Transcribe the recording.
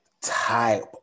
type